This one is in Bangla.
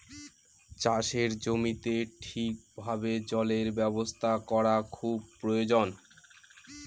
চাষের জমিতে ঠিক ভাবে জলের ব্যবস্থা করা খুব প্রয়োজন